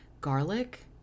garlic